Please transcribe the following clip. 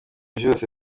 vyose